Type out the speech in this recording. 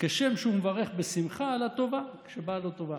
כשם שהוא מברך בשמחה על הטובה כשבאה לו טובה.